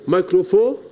Microphone